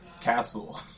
castle